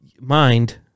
mind